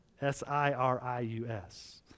S-I-R-I-U-S